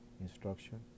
instruction